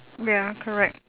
ya correct